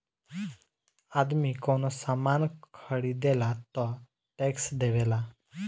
आदमी कवनो सामान ख़रीदेला तऽ टैक्स देवेला